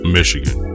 Michigan